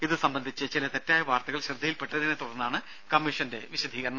ഇതു സംബന്ധിച്ച് ചില തെറ്റായ വാർത്തകൾ ശ്രദ്ധയിൽപ്പെട്ടതിനെ തുടർന്നാണ് കമ്മീഷന്റെ വിശദീകരണം